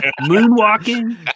Moonwalking